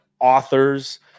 authors